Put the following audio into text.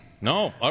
No